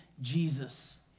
Jesus